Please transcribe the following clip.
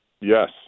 Yes